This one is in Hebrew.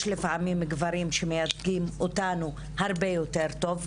יש לפעמים גברים שמייצגים אותנו הרבה יותר טוב,